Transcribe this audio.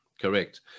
correct